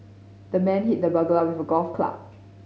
the man hit the burglar with a golf club